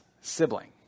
sibling